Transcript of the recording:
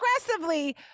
aggressively